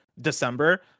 December